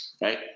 Right